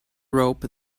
rope